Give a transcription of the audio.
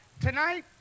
Tonight